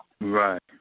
Right